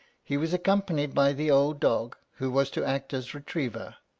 he was accompanied by the old dog, who was to act as retriever.